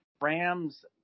Rams